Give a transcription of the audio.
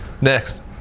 Next